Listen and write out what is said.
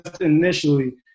initially